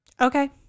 okay